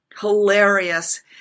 hilarious